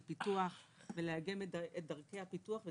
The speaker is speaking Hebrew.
של פיתוח ולאגם את דרכי הפיתוח.